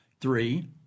Three